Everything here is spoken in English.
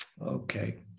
Okay